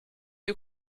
you